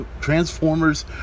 Transformers